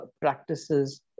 practices